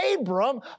Abram